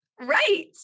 Right